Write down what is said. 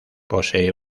posee